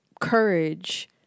courage